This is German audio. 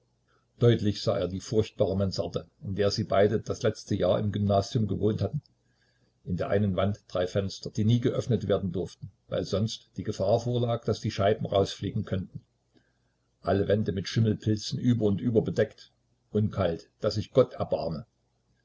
deutlich sah er die furchtbare mansarde in der sie beide das letzte jahr im gymnasium gewohnt hatten in der einen wand drei fenster die nie geöffnet werden durften weil sonst die gefahr vorlag daß die scheiben rausfliegen könnten alle wände mit schimmelpilzen über und über bedeckt und kalt daß sich gott erbarme